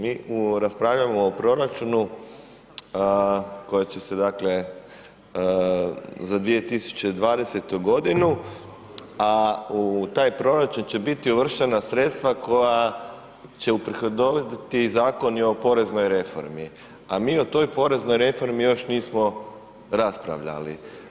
Mi raspravljamo o proračunu koja će se za 2020. godinu, a u taj proračun će biti uvrštena sredstva koja će uprihodovati zakoni o poreznoj reformi, a mi o toj poreznoj reformi još nismo raspravljali.